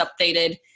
updated